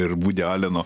ir vudi aleno